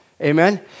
Amen